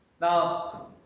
Now